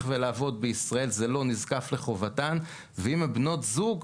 ולעבוד בישראל זה לא נזקף לחובתן ובעניין הבנות זוג,